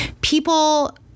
people